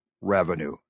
revenue